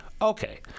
Okay